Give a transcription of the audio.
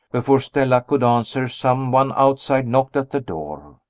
before stella could answer, some one outside knocked at the door.